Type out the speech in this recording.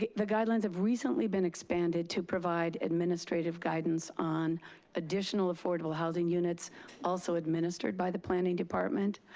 the guidelines have recently been expanded to provide administrative guidance on additional affordable housing units also administered by the planning department.